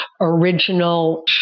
original